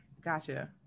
Gotcha